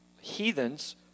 heathens